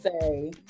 say